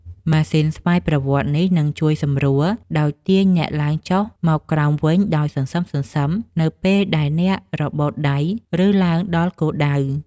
ម៉ាស៊ីនស្វ័យប្រវត្តិនេះ នឹងជួយសម្រួលដោយទាញអ្នកឡើងចុះមកក្រោមវិញដោយសន្សឹមៗ នៅពេលដែលអ្នករបូតដៃ ឬឡើងដល់គោលដៅ។